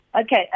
Okay